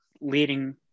leading